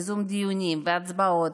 ייזום דיונים והצבעות,